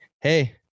hey